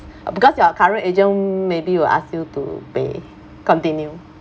uh because your current agent maybe will ask you to pay continue